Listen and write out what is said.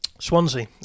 Swansea